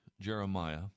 Jeremiah